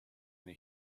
ina